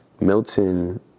Milton